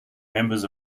members